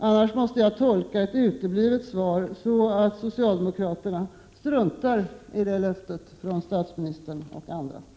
Ett uteblivet svar måste jag tolka så, att socialdemokraterna struntar i statsministerns och andras löften.